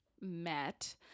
met